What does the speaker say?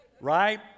right